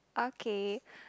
ok